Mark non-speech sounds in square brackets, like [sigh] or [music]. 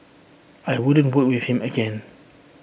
I wouldn't [unintelligible] with him again